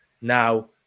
now